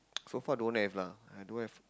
so far don't have lah I don't have